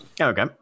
Okay